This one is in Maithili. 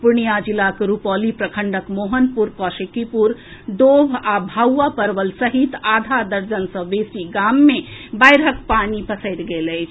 पूर्णिया जिलाक रूपौली प्रखंडक मोहनपुर कौशकीपुर डोभ आ भाऊआ परवल सहित आधा दर्जन सॅ बेसी गाम मे बाढिक पानि पसरि गेल अछि